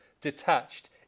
detached